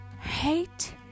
hate